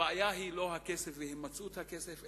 הבעיה היא לא הכסף והימצאות הכסף,